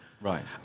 Right